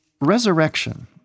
resurrection